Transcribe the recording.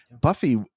Buffy